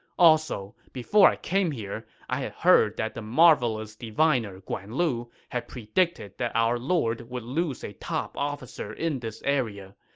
also, before i came here, i had heard that the marvelous diviner guan lu had predicted that our lord would lose a top officer in this area.